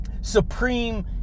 supreme